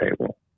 table